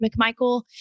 McMichael